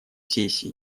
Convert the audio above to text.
сессии